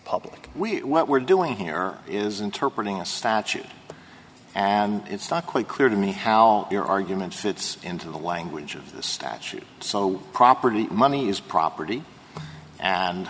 public we what we're doing here is interpreted in a statute and it's not quite clear to me how your argument fits into the language of the statute so property money is property and